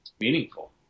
meaningful